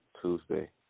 Tuesday